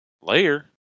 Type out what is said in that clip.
layer